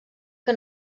que